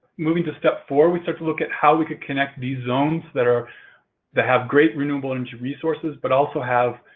moving to step four, we start to look at how we could connect these zones that are that have great renewable energy resources but also have